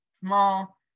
small